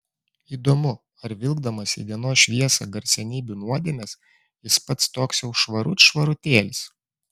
įdomu ar vilkdamas į dienos šviesą garsenybių nuodėmes jis pats toks jau švarut švarutėlis